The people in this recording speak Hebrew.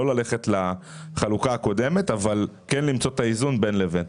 לא ללכת לחלוקה הקודמת אבל כן למצוא את האיזון בין לבין.